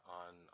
on